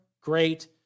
great